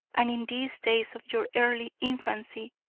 and in these days of your early infancy,